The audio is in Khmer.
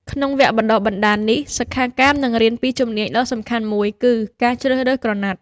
ក្នុងវគ្គបណ្តុះបណ្តាលនេះ សិក្ខាកាមនឹងរៀនពីជំនាញដ៏សំខាន់មួយគឺ ការជ្រើសរើសក្រណាត់។